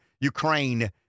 Ukraine